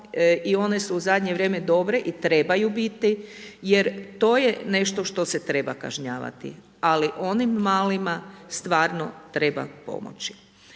i one su u zadnje vrijeme dobre i trebaju biti jer to je nešto što se treba kažnjavati ali onim malima stvarno treba pomoći.